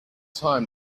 time